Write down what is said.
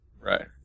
Right